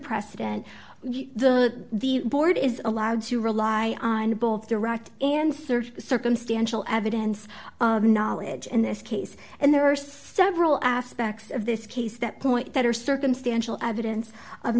precedents the board is allowed to rely on both direct and rd circumstantial evidence knowledge in this case and there are several aspects of this case that point that are circumstantial evidence of